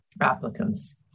applicants